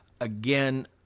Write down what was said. Again